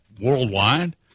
worldwide